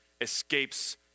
escapes